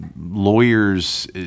lawyers